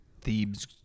thebes